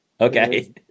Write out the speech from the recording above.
Okay